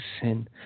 sin